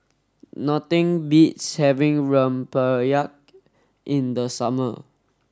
nothing beats having Rempeyek in the summer